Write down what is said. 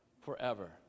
forever